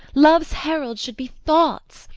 love's heralds should be thoughts,